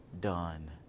done